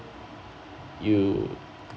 you